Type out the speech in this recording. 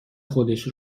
خودش